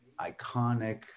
iconic